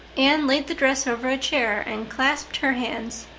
anne laid the dress over a chair and clasped her hands.